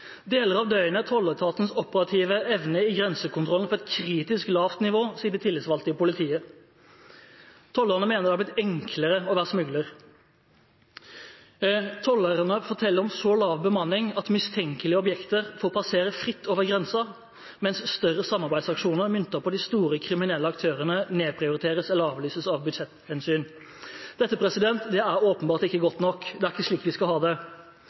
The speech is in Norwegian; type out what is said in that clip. Deler av døgnet er tolletatens operative evne i grensekontrollen på et kritisk lavt nivå, sier de tillitsvalgte i politiet. Tollerne mener det har blitt enklere å være smugler. Tollerne forteller om så lav bemanning at mistenkelige objekter får passere fritt over grensen, mens større samarbeidsaksjoner myntet på de store kriminelle aktørene nedprioriteres eller avlyses av budsjetthensyn. Dette er åpenbart ikke godt nok, det er ikke slik vi skal ha det.